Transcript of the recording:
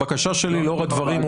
הבקשה שלי לאור הדברים,